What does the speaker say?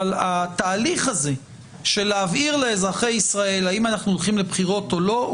אבל התהליך הזה להבהיר לאזרחי ישראל האם אנחנו הולכים לבחירות או לא,